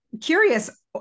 curious